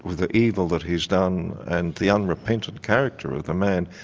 the evil that he's done and the unrepentant character of the man,